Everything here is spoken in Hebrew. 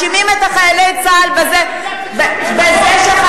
כשילדים חיים בחרדה, על זה לא מדברים.